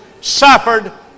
suffered